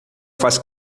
faz